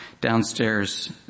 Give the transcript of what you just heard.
downstairs